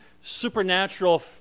supernatural